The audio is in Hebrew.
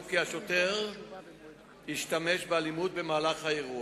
כי השוטר השתמש באלימות במהלך האירוע.